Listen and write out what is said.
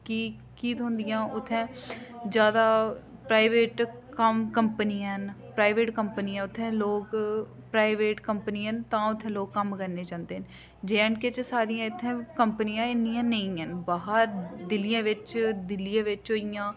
की की थ्होदियां उत्थें ज्यादा प्राइवेट कम्म कंप कंपनी हैन प्राइवेट कंपनी उत्थें लोक प्राइवेट कंपनी ऐ तां उत्थें लोक कम्म करने गी जंदे न जे ऐंड के सारियां इत्थें कंपनियां ई नी हैन बाह्र दिल्लियै दे बिच्च दिल्लियै बिच्च होई गेइयां